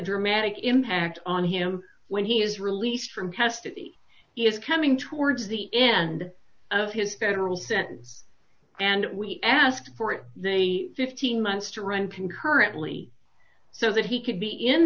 dramatic impact on him when he is released from custody is coming towards the end of his federal sentence and we asked for it they fifteen months to run concurrently so that he could be in